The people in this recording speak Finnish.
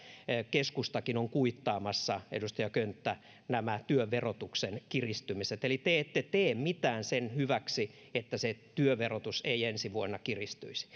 keskustakin on kuittaamassa edustaja könttä nämä työn verotuksen kiristymiset eli te ette tee mitään sen hyväksi että se työn verotus ei ensi vuonna kiristyisi